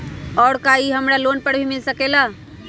और का इ हमरा लोन पर भी मिल सकेला?